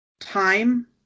time